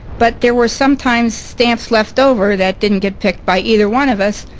but there were sometimes stamps left over that didn't get picked by either one of us,